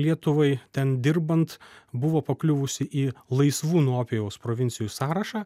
lietuvai ten dirbant buvo pakliuvusi į laisvų nuo opijaus provincijų sąrašą